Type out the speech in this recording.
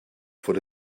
fod